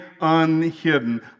unhidden